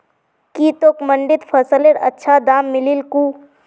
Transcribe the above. की तोक मंडीत फसलेर अच्छा दाम मिलील कु